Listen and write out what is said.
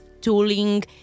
tooling